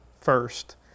first